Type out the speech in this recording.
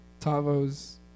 Tavo's